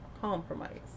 compromise